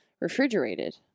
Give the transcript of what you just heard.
refrigerated